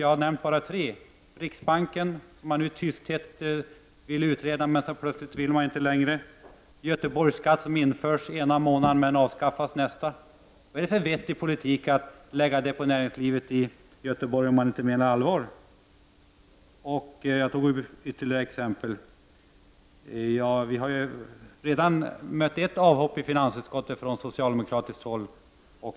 Jag har bara nämnt tre, nämligen riksbanken som man i tysthet ville utreda, Göteborgsskatten som infördes ena månaden, men avskaffades nästa — vad är det för vettig politik att lägga detta på näringslivet i Göteborg om man inte menar allvar — och jag tog upp ett ytterligare exempel. Vi har redan sett ett avhopp i finansutskottet från socialdemokratiskt håll.